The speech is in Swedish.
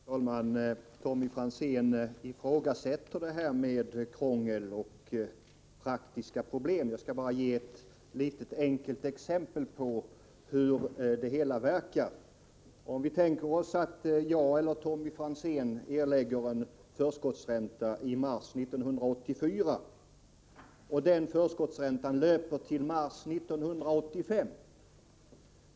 Fru talman! Tommy Franzén ifrågasätter mitt resonemang om krångel och praktiska problem. Låt mig därför ge honom ett litet enkelt exempel på hur det kan te sig i praktiken. Om vi tänker oss att jag eller Tommy Franzén erlägger en förskottsränta i mars 1984 och den löper till mars 1985.